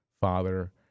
father